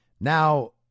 Now